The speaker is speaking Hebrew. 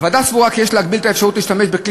הוועדה סבורה כי יש להגביל את האפשרות להשתמש בכלי